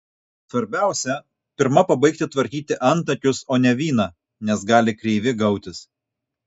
svarbiausia pirma pabaigti tvarkyti antakius o ne vyną nes gali kreivi gautis